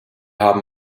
haben